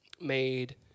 made